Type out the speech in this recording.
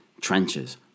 trenches